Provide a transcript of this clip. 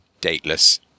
dateless